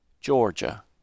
Georgia